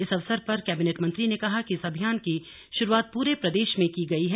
इस अवसर पर कैबिनेट मंत्री ने कहा कि इस अभियान की शुरुआत पूरे प्रदेश में की गई है